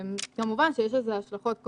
וכמובן שיש לזה השלכות,